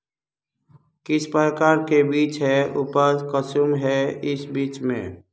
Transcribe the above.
किस प्रकार के बीज है उपज कुंसम है इस बीज में?